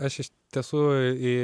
na aš iš tiesų į